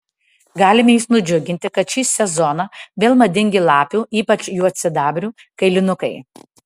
galime jus nudžiuginti kad šį sezoną vėl madingi lapių ypač juodsidabrių kailinukai